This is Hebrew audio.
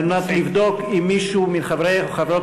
על מנת לבדוק אם מישהו מחברי או חברות